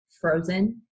frozen